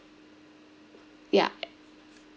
ya